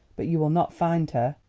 but you will not find her.